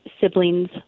siblings